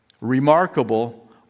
Remarkable